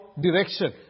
direction